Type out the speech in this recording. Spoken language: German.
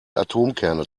atomkerne